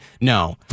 No